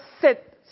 sit